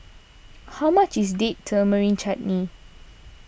how much is Date Tamarind Chutney